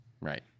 Right